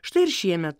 štai ir šiemet